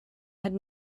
had